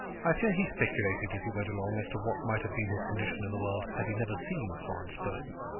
i fear he speculated as he went along as to what might have been his condition in the world had he never seen florence burton.